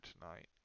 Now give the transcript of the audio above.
tonight